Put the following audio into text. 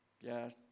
Yes